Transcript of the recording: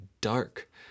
dark